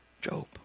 Job